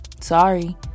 Sorry